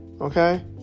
Okay